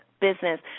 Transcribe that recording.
business